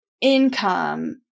income